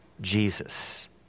Jesus